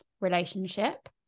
relationship